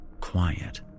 Quiet